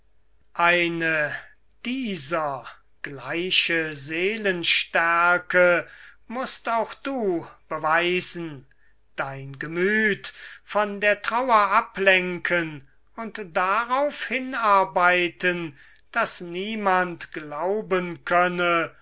eine dieser gleiche seelenstärke mußt auch du beweisen dein gemüth von der trauer ablenken und darauf hinarbeiten daß niemand glauben könne